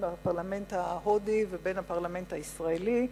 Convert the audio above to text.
הפרלמנט ההודי ובין הפרלמנט הישראלי.